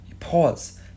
pause